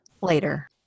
Later